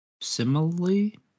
Similarly